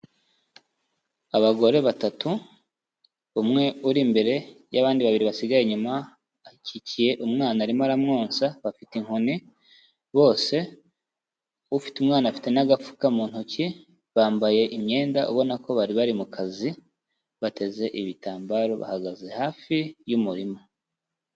Abagore batatu umwe uri imbere y'abandi babiri basigaye inyuma akikiye umwana arimo aramwonsa, bafite inkoni bose, ufite umwana afite n'agafuka mu ntoki, bambaye imyenda ubona ko bari bari mu kazi, bateze ibitambaro, bahagaze hafi y'umurima.